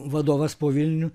vadovas po vilnių